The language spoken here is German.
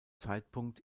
zeitpunkt